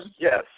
Yes